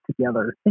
together